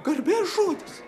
garbės žodis